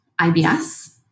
IBS